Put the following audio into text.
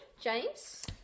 James